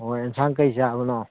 ꯑꯣ ꯌꯦꯟꯁꯥꯡ ꯀꯩ ꯆꯥꯕꯅꯣ